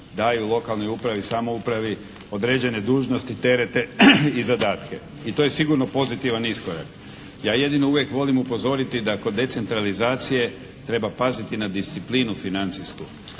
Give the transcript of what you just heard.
daju lokalnoj upravi i samoupravi određene dužnosti, terete i zadatke i to je sigurno pozitivan iskorak. Ja jedino uvijek volim upozoriti da kod decentralizacije treba paziti na disciplinu financijsku.